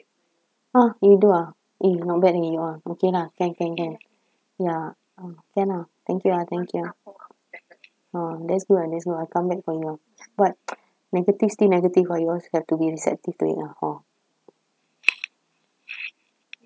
!huh! you do ah eh not bad leh you all okay lah can can can ya uh can ah thank you ah thank you ha that's good ah that's good I'll come back for you all but negative still negative but you all have to be receptive to it lah hor